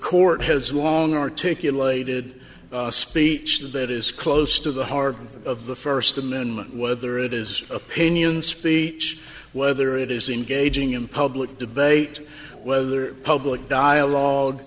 court has long articulated speech that is close to the heart of the first amendment whether it is opinion speech whether it is engaging in public debate whether public dialogue